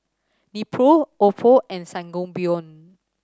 Nepro Oppo and Sangobion